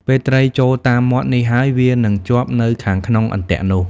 ពេលត្រីចូលតាមមាត់នេះហើយ វានឹងជាប់នៅខាងក្នុងអន្ទាក់នោះ។